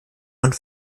und